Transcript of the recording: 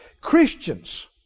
Christians